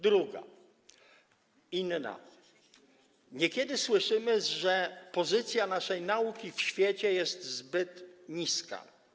Druga, inna - niekiedy słyszymy, że pozycja naszej nauki w świecie jest zbyt niska.